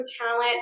talent